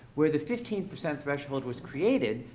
where the fifteen percent threshold was created,